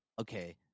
okay